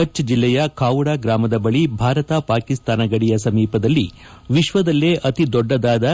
ಕಛ್ ಜಿಲ್ಲೆಯ ಖಾವುದ ಗ್ರಾಮದ ಬಳಿ ಭಾರತ ಪಾಕಿಸ್ತಾನ ಗಡಿಯ ಸಮೀಪದಲ್ಲಿ ವಿಶ್ವದಲ್ಲೇ ಅತಿ ದೊಡ್ಡದಾದ